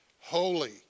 Holy